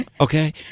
Okay